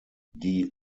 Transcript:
die